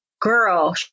girl